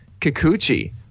Kikuchi